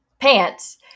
pants